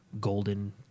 golden